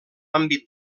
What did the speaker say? àmbit